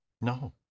No